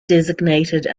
designated